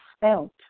felt